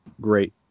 great